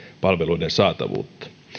palveluiden saatavuutta